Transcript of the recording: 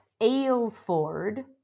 Aylesford